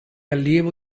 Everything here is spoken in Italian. allievo